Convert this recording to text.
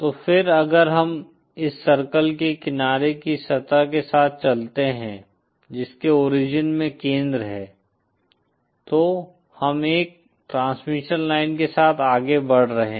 तो फिर अगर हम इस सर्किल के किनारे की सतह के साथ चलते हैं जिसके ओरिजिन में केंद्र है तो हम एक ट्रांसमिशन लाइन के साथ आगे बढ़ रहे हैं